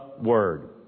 Word